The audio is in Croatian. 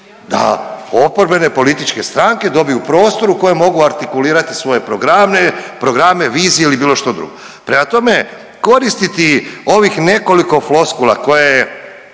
da oporbene političke stranke dobiju prostor u kojem mogu artikulirati svoje programe, programe, vizije ili bilo što drugo. Prema tome, koristiti ovih nekoliko floskula koje